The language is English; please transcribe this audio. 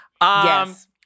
Yes